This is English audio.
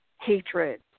hatred